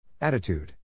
Attitude